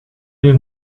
you